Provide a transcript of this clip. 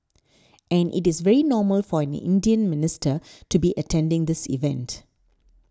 and it is very normal for an Indian minister to be attending this event